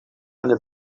eine